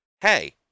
hey